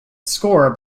score